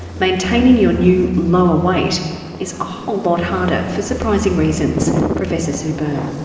maintaining your new lower weight is a whole lot harder for surprising reasons. professor sue byrne.